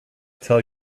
tell